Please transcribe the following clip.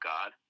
God